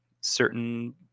certain